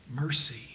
Mercy